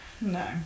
No